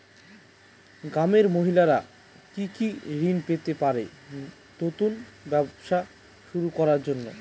গ্রামের মহিলারা কি কি ঋণ পেতে পারেন নতুন ব্যবসা শুরু করার জন্য?